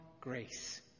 grace